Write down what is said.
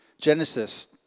Genesis